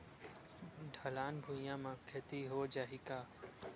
ढलान भुइयां म खेती हो जाही का?